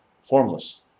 formless